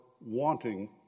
wanting